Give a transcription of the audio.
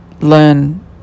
learn